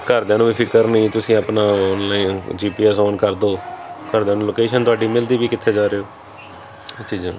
ਘਰਦਿਆਂ ਨੂੰ ਵੀ ਫ਼ਿਕਰ ਨਹੀਂ ਤੁਸੀਂ ਆਪਣਾ online G P S on ਕਰ ਦਓ ਘਰਦਿਆਂ ਨੂੰ ਲੋਕੇਸ਼ਨ ਤੁਹਾਡੀ ਮਿਲਦੀ ਵੀ ਕਿੱਥੇ ਜਾ ਰਹੇ ਹੋ ਇਹ ਚੀਜ਼ ਹੈ